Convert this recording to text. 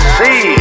see